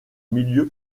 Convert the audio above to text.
milieu